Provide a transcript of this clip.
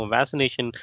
Vaccination